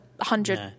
hundred